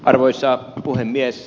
arvoisa puhemies